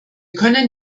können